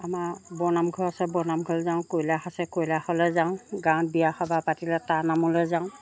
আমাৰ বৰনামঘৰ আছে বৰনামঘৰলৈ যাওঁ কৈলাশ আছে কৈলাশলৈ যাওঁ গাঁৱত বিয়া সবাহ পাতিলে তাৰ নামলৈ যাওঁ